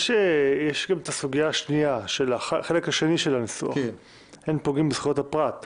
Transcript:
יש גם את החלק השני של הניסוח: אין פוגעים בזכויות הפרט.